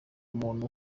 umuntu